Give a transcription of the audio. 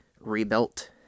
rebuilt